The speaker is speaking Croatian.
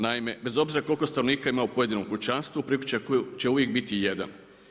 Naime, bez obzira koliko stanovnika ima u pojedinom kućanstvu priključak će uvijek biti jedan.